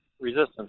resistance